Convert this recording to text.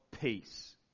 peace